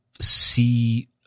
see